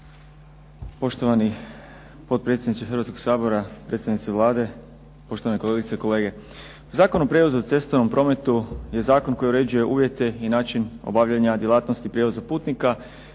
Poštovani potpredsjedniče Hrvatskoga sabora. Predstavnici Vlade, poštovane kolegice i kolege. Zakon o prijevozu u cestovnom prometu je zakon koji uređuje uvjete i način obavljanja djelatnosti prijevoza putnika